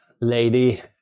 lady